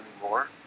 anymore